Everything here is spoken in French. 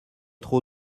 trop